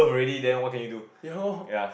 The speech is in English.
ya lor